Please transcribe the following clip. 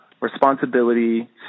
responsibility